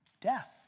Death